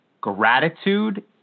gratitude